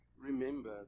remember